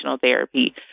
therapy